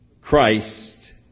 Christ